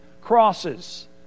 crosses